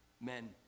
men